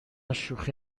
شوخی